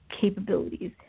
capabilities